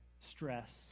stress